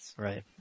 Right